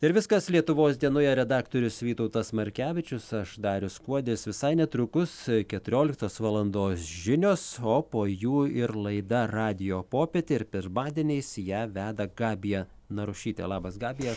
ir viskas lietuvos dienoje redaktorius vytautas markevičius aš darius kuodis visai netrukus keturioliktos valandos žinios o po jų ir laida radijo popietė ir pirmadieniais ją veda gabija narušytė labas gabija